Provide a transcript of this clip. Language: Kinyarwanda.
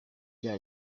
bya